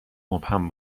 مبهم